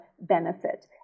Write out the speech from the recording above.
benefit